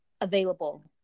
available